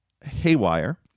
Haywire